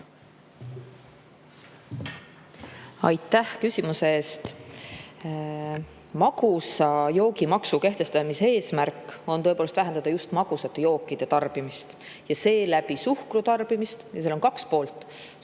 Aitäh küsimuse eest! Magusa joogi maksu kehtestamise eesmärk on tõepoolest vähendada just magusate jookide tarbimist ja seeläbi suhkru tarbimist. Seal on kaks poolt: